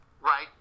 Right